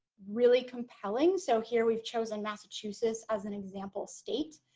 really compelling so here we've chosen massachusetts as an example state